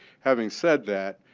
having said that,